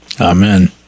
Amen